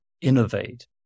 innovate